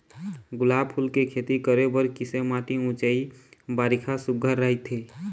गुलाब फूल के खेती करे बर किसे माटी ऊंचाई बारिखा सुघ्घर राइथे?